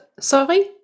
Sorry